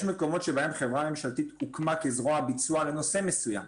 יש מקומות שבהם חברה ממשלתית הוקמה כזרוע הביצוע לנושא מסוים.